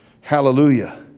hallelujah